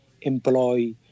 employ